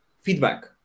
feedback